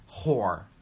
whore